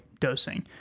dosing